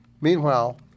Meanwhile